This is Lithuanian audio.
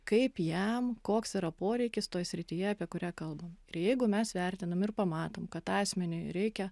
kaip jam koks yra poreikis toj srityje apie kurią kalbam ir jeigu mes vertinam ir pamatom kad asmeniui reikia